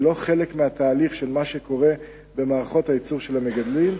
היא לא חלק מהתהליך של מה שקורה במערכות הייצור של המגדלים.